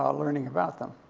um learning about them.